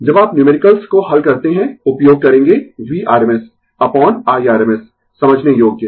जब आप न्यूमेरिकल्स को हल करते है उपयोग करेंगें vRms अपोन Irms समझने योग्य